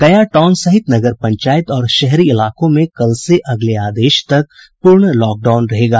गया टाउन सहित नगर पंचायत और शहरी इलाकों में कल से अगले आदेश तक पूर्ण लॉकडाउन रहेगा